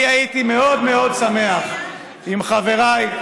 אני הייתי מאוד מאוד שמח אם חבריי,